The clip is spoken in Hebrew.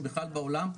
או בכלל בעולם,